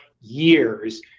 years